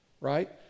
Right